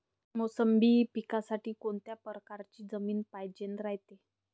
मोसंबी पिकासाठी कोनत्या परकारची जमीन पायजेन रायते?